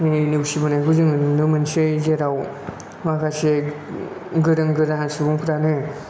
नेवसि बोनायखौ जोङो नुनो मोनसै जेराव माखासे गोरों गोरा सुबुंफ्रानो